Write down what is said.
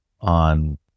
on